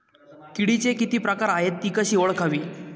किडीचे किती प्रकार आहेत? ति कशी ओळखावी?